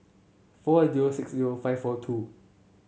four zero six zero five four two